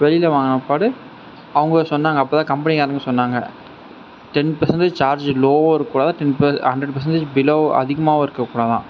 வெளியில வாங்கினபாடு அவங்க சொன்னாங்க அப்போ தான் கம்பெனி காரங்க சொன்னாங்க டென் பர்சன்டேஜ் சார்ஜ் லோவும் இருக்க கூடாது ten per hundred percentage below அதிகமாகவும் இருக்க கூடாதாம்